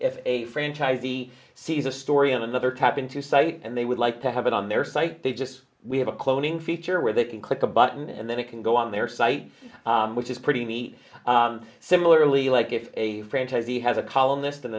if a franchisee sees a story on another tap into site and they would like to have it on their site they just we have a cloning feature where they can click a button and then it can go on their site which is pretty neat similarly like if a friend has he has a columnist and